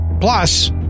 Plus